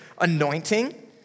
anointing